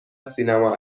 سینما